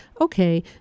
okay